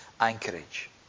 anchorage